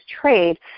trade